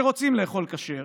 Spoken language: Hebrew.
שרוצים לאכול כשר,